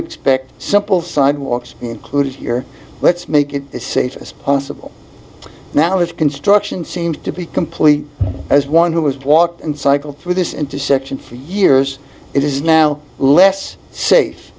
expect simple sidewalks included here let's make it as safe as possible now as construction seems to be complete as one who has walked and cycled through this intersection for years it is now less safe